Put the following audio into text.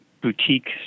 boutique